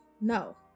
No